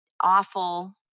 awful